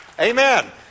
Amen